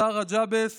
אסראא ג'עבס